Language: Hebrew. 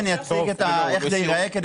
אני אציג בקצרה את איך זה ייראה.